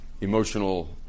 emotional